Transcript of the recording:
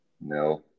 No